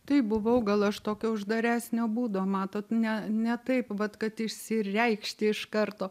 taip buvau gal aš tokio uždaresnio būdo matot ne ne taip vat kad išsireikšti iš karto